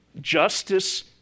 Justice